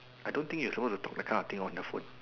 I don't think you suppose to talk that kind of thing on the phone